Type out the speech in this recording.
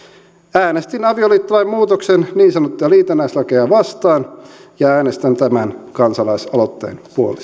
äänestin avioliittolain muutoksen niin sanottuja liitännäislakeja vastaan ja äänestän tämän kansalaisaloitteen puolesta